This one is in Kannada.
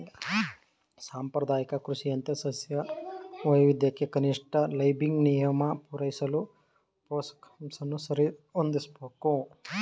ಸಾಂಪ್ರದಾಯಿಕ ಕೃಷಿಯಂತೆ ಸಸ್ಯ ವೈವಿಧ್ಯಕ್ಕೆ ಕನಿಷ್ಠ ಲೈಬಿಗ್ ನಿಯಮ ಪೂರೈಸಲು ಪೋಷಕಾಂಶನ ಸರಿಹೊಂದಿಸ್ಬೇಕು